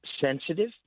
sensitive